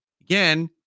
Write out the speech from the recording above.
again